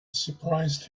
surprised